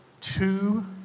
two